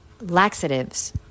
laxatives